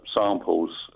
samples